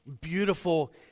beautiful